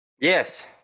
Yes